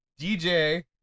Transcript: DJ